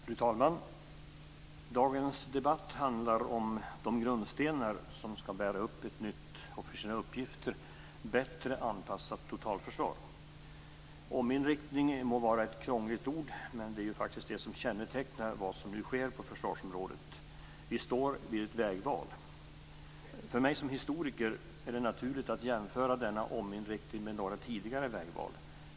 Fru talman! Dagens debatt handlar om de grundstenar som skall bära upp ett nytt och för sina uppgifter bättre anpassat totalförsvar. Ominriktning må vara ett krångligt ord, men det är faktiskt vad som kännetecknar det som nu sker på försvarsområdet. Vi står vid ett vägval. För mig som historiker är det naturligt att jämföra denna ominriktning med några tidigare vägval.